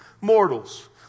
mortals